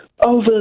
over